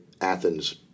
Athens